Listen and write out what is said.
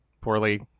poorly